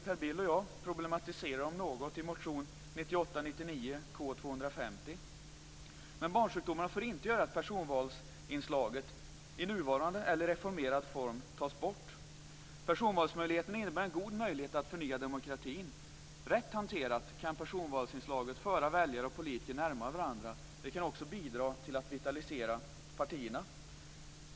Per Bill och jag försöker problematisera det här i motion 1998/99:K250. Barnsjukdomarna får inte göra att personvalsinslaget - i nuvarande eller i reformerad form - tas bort. Detta med personval innebär nämligen en god möjlighet att förnya demokratin. Rätt hanterat kan personvalsinslaget föra väljare och politiker närmare varandra. Det kan också bidra till att vitalisera partierna.